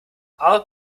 all